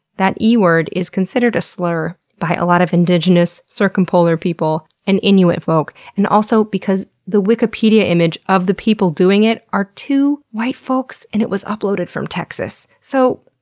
that e-word is considered a slur by a lot of indigenous circumpolar people and inuit folk, and also because the wikipedia image of the people doing it are two white folks and it was uploaded from texas. so,